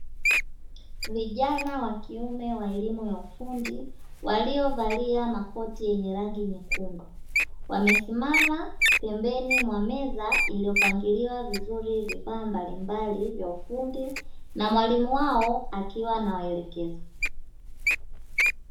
Vijana wa kiume wa elimu ya ufundi waliovalia makoti yenye rangi nyekundu, wamesimama pembeni mwa meza iliyopangiliwa vizuri vifaa mbalimbali vya elimu ya ufundi na mwalimu wao akiwa anawaelekeza.